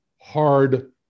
hard